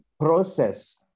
process